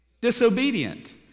Disobedient